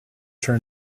turn